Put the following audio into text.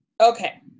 Okay